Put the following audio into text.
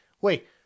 wait